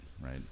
right